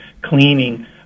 cleaning